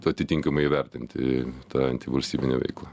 atitinkamai įvertinti tą antivalstybinę veiklą